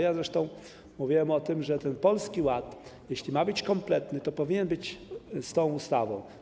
Ja zresztą mówiłem o tym, że jeśli Polski Ład ma być kompletny, to powinien być z tą ustawą.